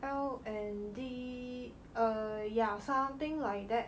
L&D uh yeah something like that